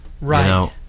Right